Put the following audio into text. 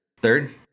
Third